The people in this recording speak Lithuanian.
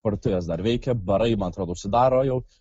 parduotuvės dar veikia barai man atrodo užsidaro jau